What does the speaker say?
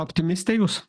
optimistė jūs